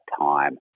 time